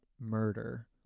murder